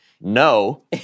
no